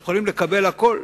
אם יכולים לקבל הכול?